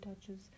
touches